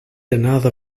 another